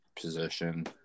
position